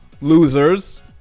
losers